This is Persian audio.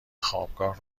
خوابگاه